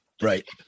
Right